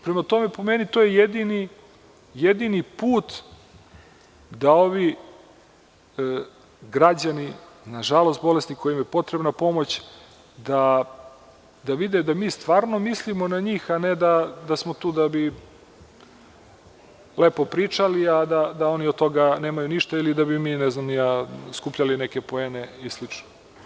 Prema tome, po meni to je jedini put da ovi građani, nažalost bolesni kojima je potrebna pomoć, da vide da mi stvarno mislimo na njih, a ne da smo tu da bi lepo pričali, a da oni od toga nemaju ništa ili da bi mi skupljali neke poene i slično.